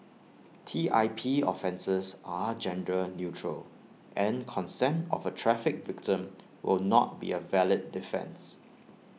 T I P offences are gender neutral and consent of A trafficked victim will not be A valid defence